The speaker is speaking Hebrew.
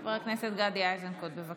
חבר הכנסת גדי איזנקוט, בבקשה.